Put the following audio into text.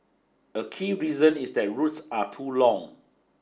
a key reason is that routes are too long